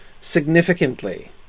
significantly